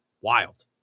Wild